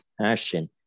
passion